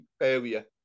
area